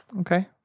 Okay